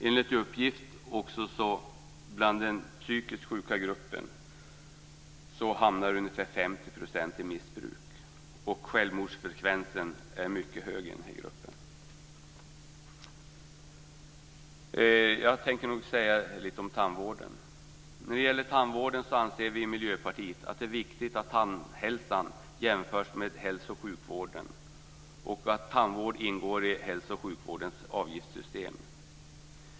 Enligt uppgift hamnar ungefär 50 % av de psykiskt sjuka också i missbruk, och självmordsfrekvensen är mycket hög i den här gruppen. Nu tänker jag säga några ord om tandvården. Vi i Miljöpartiet anser att det är viktigt att tandvården jämförs med hälso och sjukvården och att den ingår i hälso och sjukvårdens avgiftssystem.